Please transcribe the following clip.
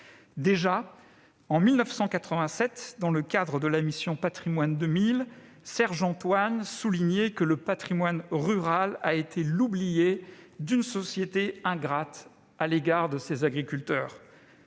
Déjà, en 1987, dans le cadre de la mission Patrimoine 2000, Serge Antoine soulignait que le patrimoine rural avait été l'oublié d'une société ingrate à l'égard de ses agriculteurs.